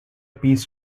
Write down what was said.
peace